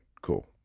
cool